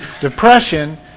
Depression